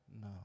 No